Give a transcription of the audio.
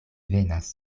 venas